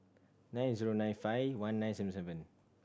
nine zero nine five one nine seven seven